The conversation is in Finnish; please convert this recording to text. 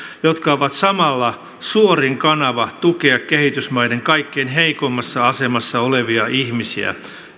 jotka ovat samalla suorin kanava tukea kehitysmaiden kaikkein heikoimmassa asemassa olevia ihmisiä